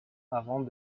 avant